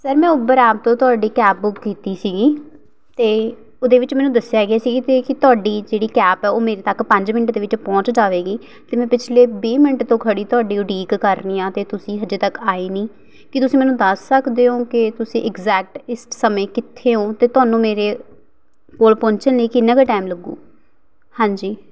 sir ਮੈਂ Uber app ਤੋਂ ਤੁਹਾਡੀ ਕੈਬ ਬੁੱਕ ਕੀਤੀ ਸੀਗੀ ਅਤੇ ਉਹਦੇ ਵਿੱਚ ਮੈਨੂੰ ਦੱਸਿਆ ਗਿਆ ਸੀ ਕੀ ਕਿ ਤੁਹਾਡੀ ਜਿਹੜੀ ਕੈਬ ਹੈ ਉਹ ਮੇਰੇ ਤੱਕ ਪੰਜ ਮਿੰਟ ਦੇ ਵਿੱਚ ਪਹੁੰਚ ਜਾਵੇਗੀ ਅਤੇ ਮੈਂ ਪਿਛਲੇ ਵੀਹ ਮਿੰਟ ਤੋਂ ਖੜ੍ਹੀ ਤੁਹਾਡੀ ਉਡੀਕ ਕਰਨੀ ਹਾਂ ਅਤੇ ਤੁਸੀਂ ਅਜੇ ਤੱਕ ਆਏ ਨਹੀਂ ਕੀ ਤੁਸੀਂ ਮੈਨੂੰ ਦੱਸ ਸਕਦੇ ਹੋ ਕਿ ਤੁਸੀਂ ਐਗਜ਼ੈਕਟ ਇਸ ਸਮੇਂ ਕਿੱਥੇ ਹੋ ਅਤੇ ਤੁਹਾਨੂੰ ਮੇਰੇ ਕੋਲ ਪਹੁੰਚਣ ਲਈ ਕਿੰਨਾ ਕੁ ਟਾਈਮ ਲੱਗੂ ਹਾਂਜੀ